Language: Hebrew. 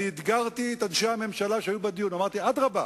אתגרתי את אנשי הממשלה שהיו בדיון ואמרתי: אדרבה,